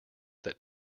that